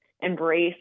embrace